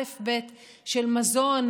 אלף-בית של מזון,